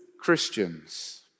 Christians